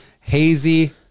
hazy